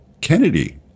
Kennedy